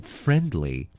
friendly